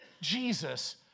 Jesus